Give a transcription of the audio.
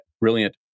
brilliant